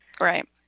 Right